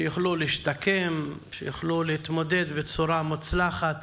שיוכלו להשתקם, שיוכלו להתמודד בצורה מוצלחת